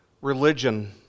religion